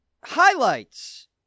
highlights